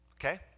okay